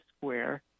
Square